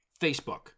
Facebook